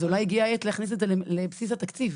אולי הגיע העת להכניס את זה לבסיס התקציב,